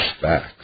facts